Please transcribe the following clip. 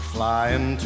Flying